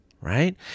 right